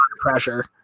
pressure